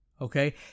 Okay